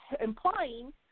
implying